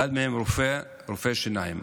אחד מהם רופא, רופא שיניים.